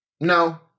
no